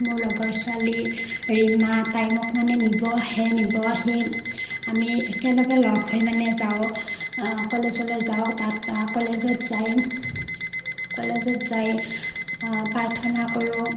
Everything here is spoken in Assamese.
মোৰ লগৰ ছোৱালী ৰীমা তাই মোক মানে নিব আহে নিব আহি আমি একেলগে লগ হৈ মানে যাওঁ কলেজলৈ যাওঁ তাত কলেজত যাই কলেজত যাই প্ৰাৰ্থনা কৰোঁ